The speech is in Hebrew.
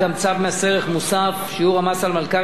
(שיעור המס על מלכ"רים ומוסדות כספיים) (תיקון),